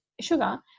Sugar